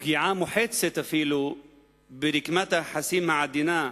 פגיעה מוחצת אפילו ברקמת היחסים העדינה,